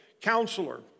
Counselor